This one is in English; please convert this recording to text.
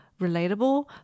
relatable